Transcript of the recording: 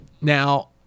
Now